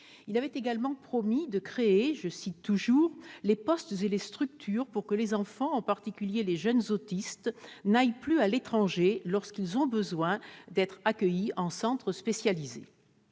Il avait également promis de créer « les postes et les structures pour que les enfants, en particulier les jeunes autistes, n'aient plus à aller à l'étranger lorsqu'ils ont besoin d'aller en centre spécialisé